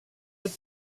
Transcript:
with